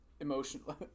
Emotionally